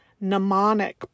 mnemonic